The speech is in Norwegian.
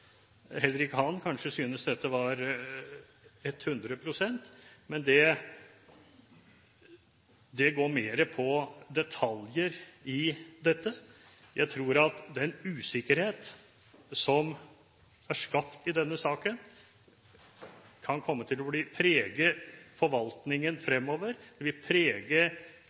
han kanskje synes dette var 100 pst., men det går mer på detaljer i dette. Jeg tror at den usikkerhet som er skapt i denne saken, kan komme til å prege forvaltningen fremover, det vil prege